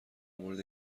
مورد